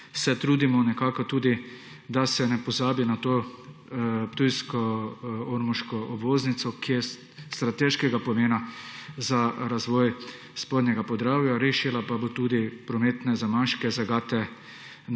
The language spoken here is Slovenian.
se trudimo nekako tudi, da se ne pozabi na to ptujsko-ormoško obvoznico, ki je strateškega pomena za razvoj Spodnjega Podravja rešila pa bo tudi prometne zamaške, zagate na